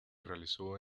realizó